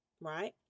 right